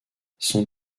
son